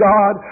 God